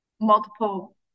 multiple